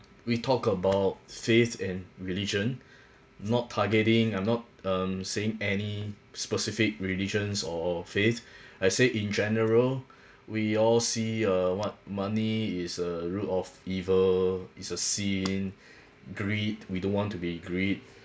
we talk about faith and religion not targeting I'm not um saying any specific religions or faith I say in general we all see uh what money is a root of evil is a sin greed we don't want to be in greed